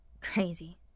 Crazy